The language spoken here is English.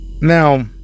now